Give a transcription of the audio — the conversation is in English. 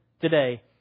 today